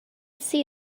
see